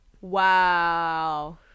Wow